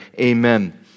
amen